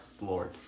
Lord